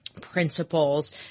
principles